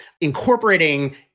incorporating